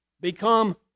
Become